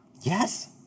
Yes